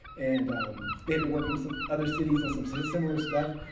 and um they've been working with some other cities on some sort of similar stuff.